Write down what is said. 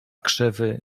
krzewy